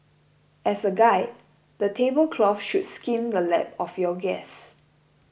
as a guide the table cloth should skim the lap of your guests